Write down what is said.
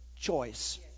choice